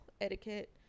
etiquette